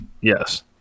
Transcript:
Yes